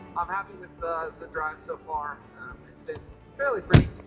i'm happy with but the drive so far. it's been fairly pretty.